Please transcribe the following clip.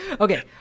okay